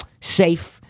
safe